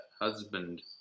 husband